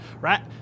Right